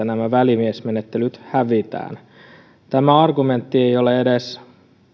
nämä välimiesmenettelyt hävitään tämä argumentti ei ole edes